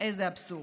איזה אבסורד.